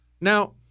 Now